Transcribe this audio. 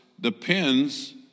depends